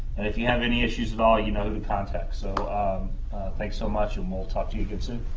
and if you have any issues at and all, you know who to contact. so thanks so much, and we'll talk to you again soon.